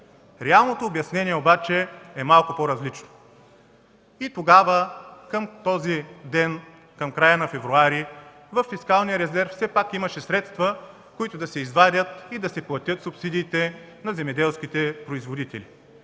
Реалното обяснение обаче е малко по-различно. Тогава, към този ден в края на месец февруари, във фискалния резерв все пак имаше средства, които да се извадят и да се платят субсидиите на земеделските производители.